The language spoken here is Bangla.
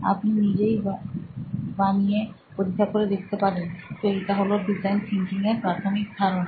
আপনি নিজেই বানিয়ে পরীক্ষা করে দেখতে পারেন তো এটাই হলো ডিজাইন থিঙ্কিং এর প্রাথমিক ধারণা